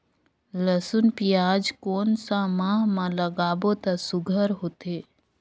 लसुन पियाज कोन सा माह म लागाबो त सुघ्घर होथे?